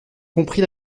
compris